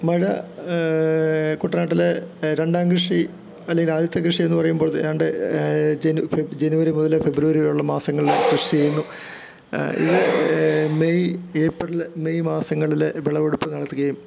മഴ കുട്ടനാട്ടില് രണ്ടാം കൃഷി അല്ലേലാദ്യത്തെ കൃഷിയെന്ന് പറയുമ്പോൾ ഏതാണ്ട് ജനു ജനുവരി മുതല് ഫെബ്രവരി വരേയുള്ള മാസങ്ങളില് കൃഷി ചെയ്യുന്നു ഏപ്രിൽ മെയ് മാസങ്ങളില് വിളവെടുപ്പ് നടത്തുകയും